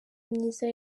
myiza